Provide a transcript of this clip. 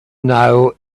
know